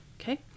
okay